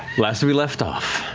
last we left off,